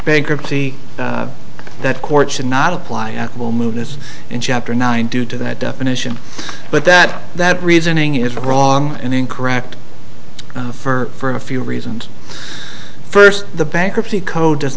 bankruptcy that court should not apply at will move this in chapter nine due to that definition but that that reasoning is wrong and incorrect for a few reasons first the bankruptcy code does